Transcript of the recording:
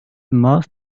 most